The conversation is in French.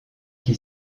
qui